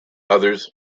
others